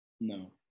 no